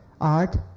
art